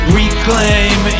Reclaim